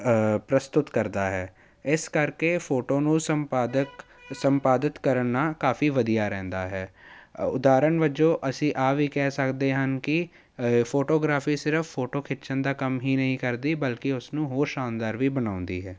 ਪ੍ਰਸਤੁਤ ਕਰਦਾ ਹੈ ਇਸ ਕਰਕੇ ਫੋਟੋ ਨੂੰ ਸੰਪਾਦਕ ਸੰਪਾਦਿਤ ਕਰਨਾ ਕਾਫੀ ਵਧੀਆ ਰਹਿੰਦਾ ਹੈ ਉਦਾਹਰਣ ਵਜੋਂ ਅਸੀਂ ਆਹ ਵੀ ਕਹਿ ਸਕਦੇ ਹਨ ਕਿ ਫੋਟੋਗ੍ਰਾਫੀ ਸਿਰਫ ਫੋਟੋ ਖਿੱਚਣ ਦਾ ਕੰਮ ਹੀ ਨਹੀਂ ਕਰਦੀ ਬਲਕਿ ਉਸ ਨੂੰ ਹੋਰ ਸ਼ਾਨਦਾਰ ਵੀ ਬਣਾਉਂਦੀ ਹੈ